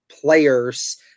players